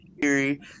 Theory